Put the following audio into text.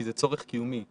כי זה צורך קיומי,